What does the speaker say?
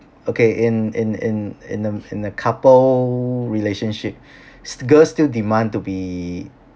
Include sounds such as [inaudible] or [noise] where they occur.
okay in in in in a in a couple relationship [breath] girls still demand to be